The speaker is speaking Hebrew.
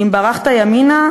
אם ברחת ימינה,